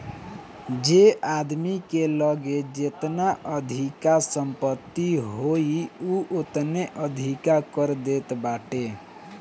जे आदमी के लगे जेतना अधिका संपत्ति होई उ ओतने अधिका कर देत बाटे